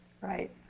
right